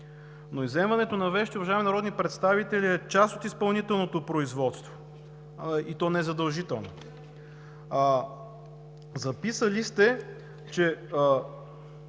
Изземването на вещи, уважаеми народни представители, е част от изпълнителното производство, и то не задължително. Записали сте, че